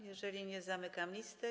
Jeżeli nie, zamykam listę.